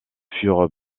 furent